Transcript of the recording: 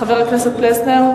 חבר הכנסת פלסנר?